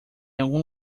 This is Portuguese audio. algum